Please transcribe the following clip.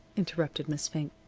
interrupted miss fink.